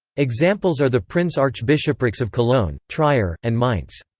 examples are the prince-archbishoprics of cologne, trier, and mainz.